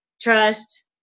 trust